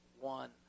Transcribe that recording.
one